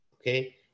Okay